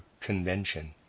convention